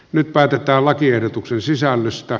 nyt päätetään lakiehdotuksen sisällöstä